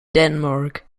denmark